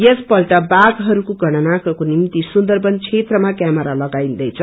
यस पल्ट बाषहरूको गणनाको निम्ति सुन्दरवन क्षेत्रमा केमरा लगाइन्दैछ